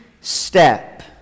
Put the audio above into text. step